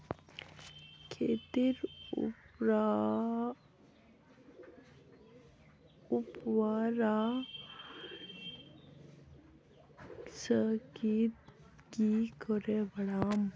खेतीर उर्वरा शक्ति की करे बढ़ाम?